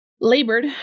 labored